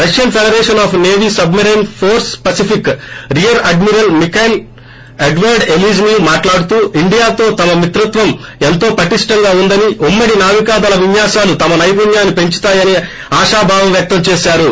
Russian Federation of సేవీ submarine force Pacific rear admiral Mikhail Edward Elizhinev మాట్లాడుతూ ఇండియాతో తమ మిత్రత్వం ఎంతో పట్టిక్ ప్రిప్టిక్ ఉమ్మడి నావికదళ విన్యాసాలు తమనైపుణ్యాన్ని పెంచుతాయని ఆశాభావం వ్యక్తం చేశారు